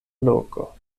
loko